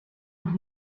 noch